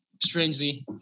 strangely